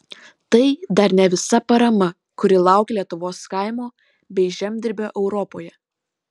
tai dar ne visa parama kuri laukia lietuvos kaimo bei žemdirbio europoje